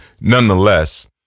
nonetheless